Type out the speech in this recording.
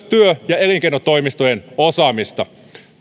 työ ja elinkeinotoimistojen osaamista